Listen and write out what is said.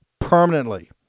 permanently